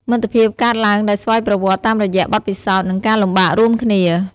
មិត្តភាពកើតឡើងដោយស្វ័យប្រវត្តិតាមរយៈបទពិសោធន៍ និងការលំបាករួមគ្នា។